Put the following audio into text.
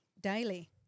daily